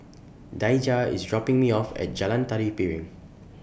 Daija IS dropping Me off At Jalan Tari Piring